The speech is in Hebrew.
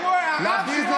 הרב שמואל אליהו,